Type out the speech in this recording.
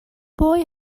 boy